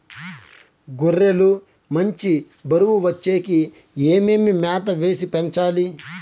గొర్రె లు మంచి బరువు వచ్చేకి ఏమేమి మేత వేసి పెంచాలి?